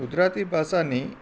ગુજરાતી ભાષાની